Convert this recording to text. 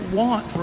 want